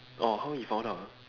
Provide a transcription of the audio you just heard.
orh how he found out ah